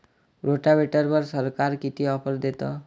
रोटावेटरवर सरकार किती ऑफर देतं?